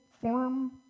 form